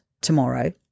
tomorrow